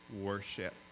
worship